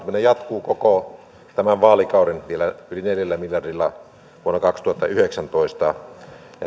jatkuu koko tämän vaalikauden vielä yli neljällä miljardilla vuonna kaksituhattayhdeksäntoista